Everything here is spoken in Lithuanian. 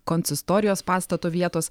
konsistorijos pastato vietos